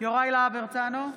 יוראי להב הרצנו,